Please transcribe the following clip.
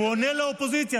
הוא עונה לאופוזיציה,